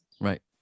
Right